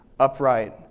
upright